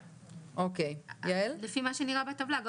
לפי מה שנראה בטבלה,